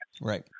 Right